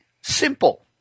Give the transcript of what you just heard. simple